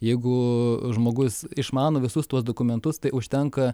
jeigu žmogus išmano visus tuos dokumentus tai užtenka